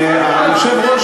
עכשיו.